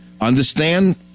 Understand